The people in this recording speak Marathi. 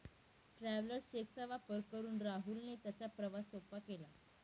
ट्रॅव्हलर्स चेक चा वापर करून राहुलने त्याचा प्रवास सोपा केला